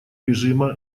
режима